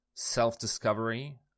Self-discovery